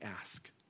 ask